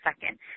second